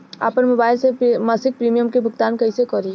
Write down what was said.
आपन मोबाइल से मसिक प्रिमियम के भुगतान कइसे करि?